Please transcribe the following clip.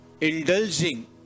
indulging